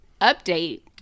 update